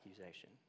accusation